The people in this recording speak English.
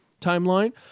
timeline